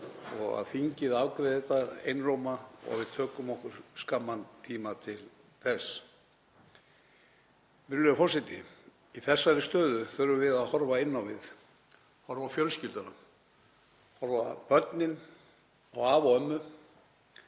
að þingið afgreiði þetta einróma og að við tökum okkur skamman tíma til þess. Virðulegur forseti. Í þessari stöðu þurfum við að horfa inn á við, horfa á fjölskylduna, horfa á börnin og afa og ömmu